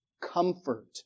comfort